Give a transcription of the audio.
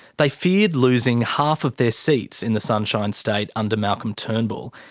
they feared losing half of their seats in the sunshine state under malcolm turnbull.